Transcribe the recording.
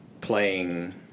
playing